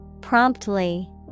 Promptly